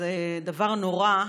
שזה דבר נורא.